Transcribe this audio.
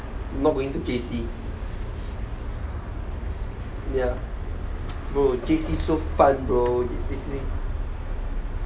not going to J_C ya bro J_C so fun bro J_C